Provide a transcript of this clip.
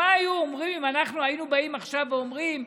מה היו אומרים אם אנחנו היינו באים עכשיו ואומרים: